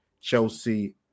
Chelsea